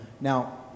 Now